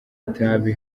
itabi